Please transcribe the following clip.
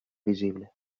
visible